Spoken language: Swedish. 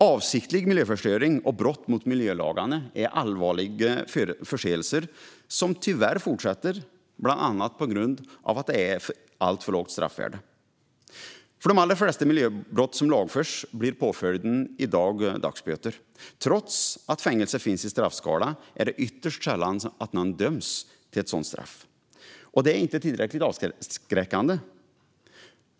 Avsiktlig miljöförstöring och brott mot miljölagarna är allvarliga förseelser som tyvärr fortsätter, bland annat på grund av att straffvärdet är alltför lågt. För de allra flesta miljöbrott som lagförs blir påföljden i dag dagsböter. Trots att fängelse finns i straffskalan är det ytterst sällan någon döms till ett sådant straff. Detta är inte tillräckligt avskräckande.